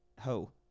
Ho